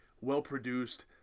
well-produced